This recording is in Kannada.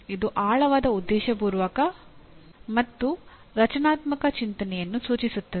ಇದು ಆಳವಾದ ಉದ್ದೇಶಪೂರ್ವಕ ಮತ್ತು ರಚನಾತ್ಮಕ ಚಿಂತನೆಯನ್ನು ಸೂಚಿಸುತ್ತದೆ